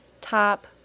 top